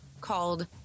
called